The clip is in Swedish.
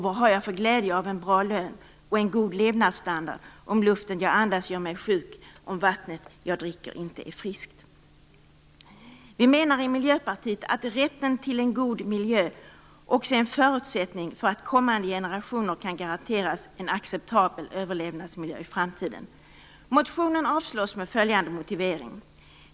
Vad har jag för glädje av en bra lön och en god levnadsstandard om luften jag andas gör mig sjuk och om vattnet jag dricker inte är friskt? Vi menar i Miljöpartiet att rätten till en god miljö också är en förutsättning för att kommande generationer kan garanteras en acceptabel överlevnadsmiljö i framtiden.